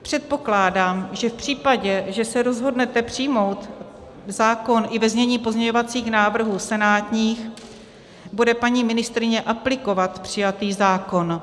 Předpokládám, že v případě, že se rozhodnete přijmout zákon i ve znění pozměňovacích návrhů senátních, bude paní ministryně aplikovat přijatý zákon.